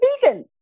vegan